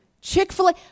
Chick-fil-A